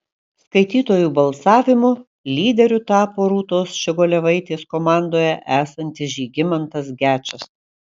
skaitytojų balsavimu lyderiu tapo rūtos ščiogolevaitės komandoje esantis žygimantas gečas